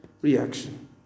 reaction